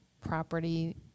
property